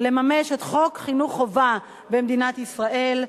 לממש את חוק חינוך חובה במדינת ישראל.